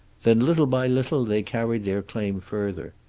then, little by little, they carried their claim further.